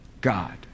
God